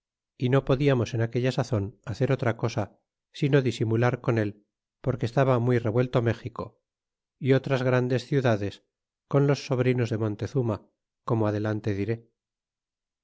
y no podiamos en aquella sazon hacer otra cosa sino disimular con él porque estaba muy revuelto méxico y otras grandes ciudades con los sobrinos de montezuma como adelante diré